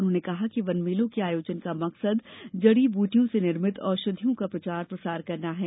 उन्होंने कहा कि वनमेलों के आयोजन का मकसद जड़ी बूटियों से निर्भित औषधियों का प्रचार प्रसार करना है